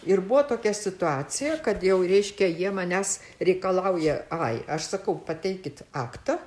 ir buvo tokia situacija kad jau reiškia jie manęs reikalauja ai aš sakau pateikit aktą